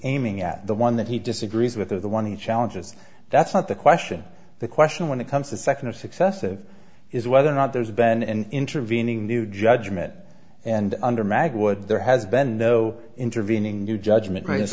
aiming at the one that he disagrees with or the one he challenges that's not the question the question when it comes to second or successive is whether or not there's been an intervening new judgment and under mag would there has been no intervening new judgment ri